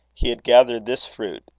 he had gathered this fruit,